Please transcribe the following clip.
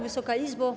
Wysoka Izbo!